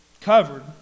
covered